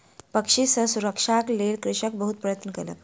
पक्षी सॅ सुरक्षाक लेल कृषक बहुत प्रयत्न कयलक